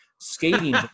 skating